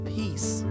peace